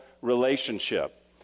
relationship